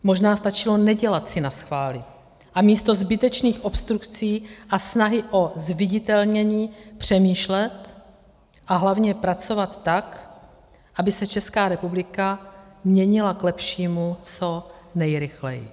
Možná stačilo nedělat si naschvály a místo zbytečných obstrukcí a snahy o zviditelnění přemýšlet a hlavně pracovat tak, aby se Česká republika měnila k lepšímu co nejrychleji.